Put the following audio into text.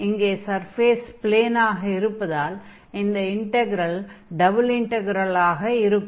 இங்கே சர்ஃபேஸ் ப்ளேனாக இருப்பதால் அந்த இன்டக்ரெல் டபுள் இன்டக்ரெலாக இருக்கும்